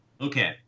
Okay